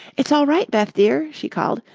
it's all right, beth dear, she called.